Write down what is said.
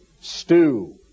stew